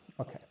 Okay